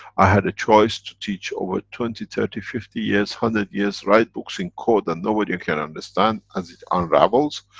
i had a choice to teach over twenty, thirty, fifty years, one hundred years write books in code and nobody can understand as it unravels,